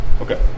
Okay